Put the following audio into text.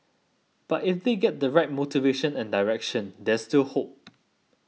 but if they get the right motivation and direction there's still hope